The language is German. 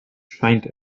scheint